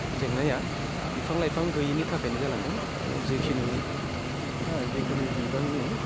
जेंनाया बिफां लाइफां गैयिनि थाखायनो जालांदों दानो जिखुनु जिखुनु बिबांनि